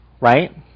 right